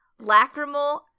lacrimal